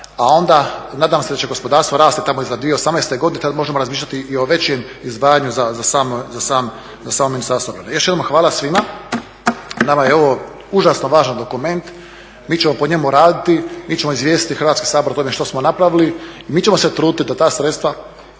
a onda nadam se da će gospodarstvo rasti tamo iza 2018. godine, tada možemo razmišljati i o većem izdavanju za samo Ministarstvo obrane. Još jednom hvala svima, nama je ovo užasno važan dokument. Mi ćemo po njemu raditi, mi ćemo izvijestiti Hrvatski sabor o tome što smo napravili i mi ćemo se truditi da ta sredstva